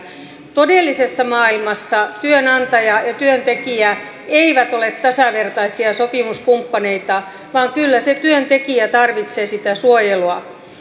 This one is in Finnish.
todellisessa maailmassa työnantaja ja ja työntekijä eivät ole tasavertaisia sopimuskumppaneita vaan kyllä se työntekijä tarvitsee sitä suojelua